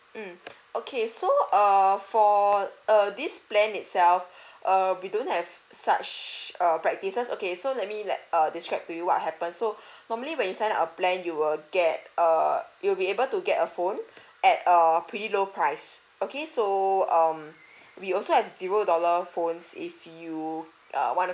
mm okay so err for err this plan itself err we don't have such err practices okay so let me let err describe to you what happen so normally when you sign up a plan you will get err we'll be able to get a phone at err pretty low price okay so um we also have zero dollar phones if you uh want